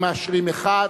אם מאשרים אחד,